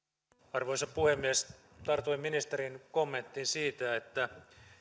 arvoisa puhemies tartuin ministerin kommenttiin siitä että